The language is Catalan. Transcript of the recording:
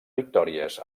victòries